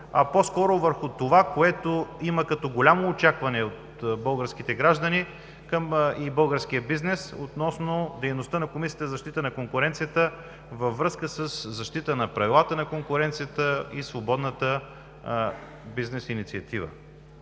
а по-скоро върху това, което го има като голямо очакване от българските граждани и българския бизнес относно дейността на Комисията за защита на конкуренцията във връзка с правилата на конкуренцията и свободната бизнес инициатива.